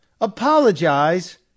Apologize